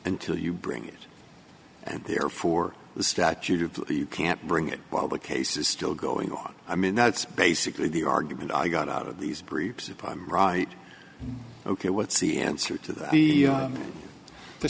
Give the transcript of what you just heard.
until you bring it and therefore the statute of you can't bring it while the case is still going on i mean that's basically the argument i got out of these briefs upon right ok what's the answer to that the